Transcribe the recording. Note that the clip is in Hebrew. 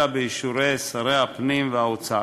אלא באישורי שרי הפנים והאוצר.